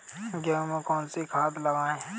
गेहूँ में कौनसी खाद लगाएँ?